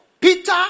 Peter